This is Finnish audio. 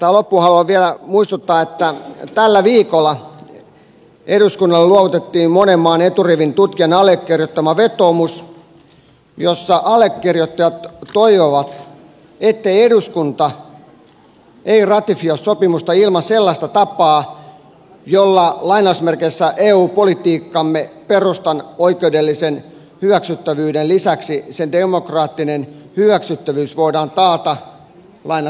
tähän loppuun haluan vielä muistuttaa että tällä viikolla eduskunnalle luovutettiin monen maan eturivin tutkijan allekirjoittama vetoomus jossa allekirjoittajat toivovat että eduskunta ei ratifioi sopimusta ilman sellaista tapaa jolla eu politiikkamme perustan oikeudellisen hyväksyttävyyden lisäksi sen demokraattinen hyväksyttävyys voidaan taata